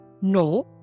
No